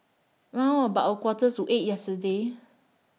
round about A Quarter to eight yesterday